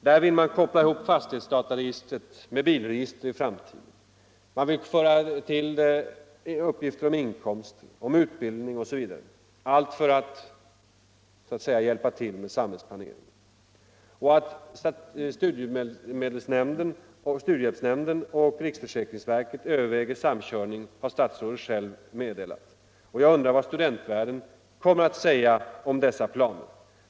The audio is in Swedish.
Den vill koppla ihop fastighetsdataregistret med bilregistret och tillföra det uppgifter om inkomst, utbildning etc. — allt för att hjälpa till med samhällsplaneringen. Och att studiemedelsnämnden och riksförsäkringsverket överväger samkörning har statsrådet själv meddelat. Jag undrar vad studentvärlden kommer att säga om dessa planer.